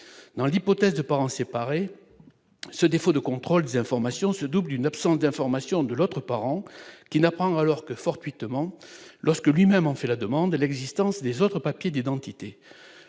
dans l'hypothèse de parents séparés ce défaut de contrôle des informations se doublent d'une absence d'information de l'autre parent qui n'apprend alors que fortuitement lorsque lui-même en fait la demande de l'existence des autres papiers d'identité